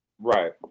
Right